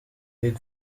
big